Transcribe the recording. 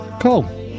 Cool